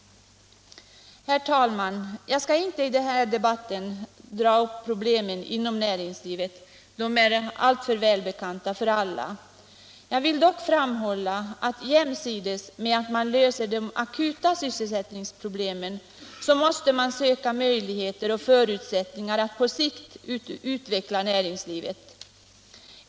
Herr talman! Jag skall i den här debatten inte dra upp problemen inom näringslivet — de är alltför välbekanta för alla. Jag vill dock framhålla att jämsides med att man löser de akuta sysselsättningsproblemen, måste man söka möjligheter och förutsättningar att på sikt utveckla näringslivet.